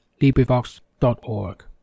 LibriVox.org